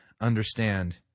understand